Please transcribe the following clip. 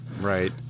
right